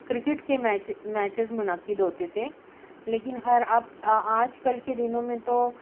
cricket کے match matches منعقد ہوتے تھے لیکن ہر اب آج کل کے دنوں میں تو